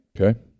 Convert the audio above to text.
Okay